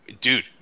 dude